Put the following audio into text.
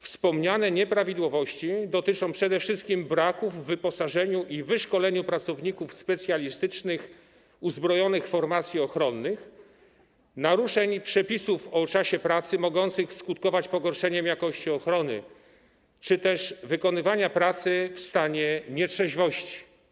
Wspomniane nieprawidłowości dotyczą przede wszystkim braków w wyposażeniu i wyszkoleniu pracowników specjalistycznych uzbrojonych formacji ochronnych, naruszeń przepisów o czasie pracy mogących skutkować pogorszeniem jakości ochrony czy też wykonywania pracy w stanie nietrzeźwości”